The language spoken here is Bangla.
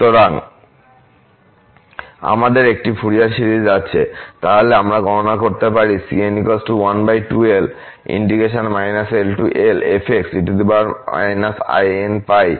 সুতরাং আমাদের এই ফুরিয়ার সিরিজ আছে তাহলে আমরা গণনা করতে পারি